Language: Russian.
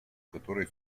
которой